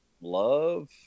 love